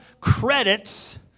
credits